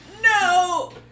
No